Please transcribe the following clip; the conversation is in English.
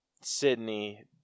Sydney